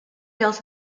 else